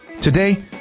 Today